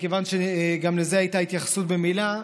מכיוון שגם לזה הייתה התייחסות, במילה,